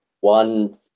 one